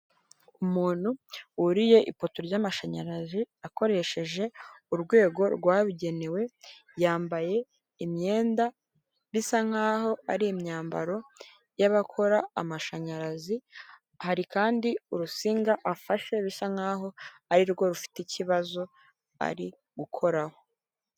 Umuntu wuriye ifoto ry'amashanyarazi akoresheje urwego rwabigenewe, yambaye imyenda bisa nk'aho ari imyambaro y'abakora amashanyarazi, hari kandi urusinga afashe bisa nk'aho ari rwo rufite ikibazo ari gukoraho.